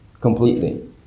completely